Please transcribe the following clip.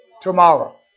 tomorrow